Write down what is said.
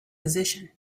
position